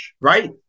Right